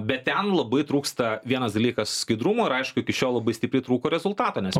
bet ten labai trūksta vienas dalykas skaidrumo ir aišku iki šiol labai stipriai trūko rezultato nes